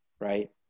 right